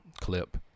clip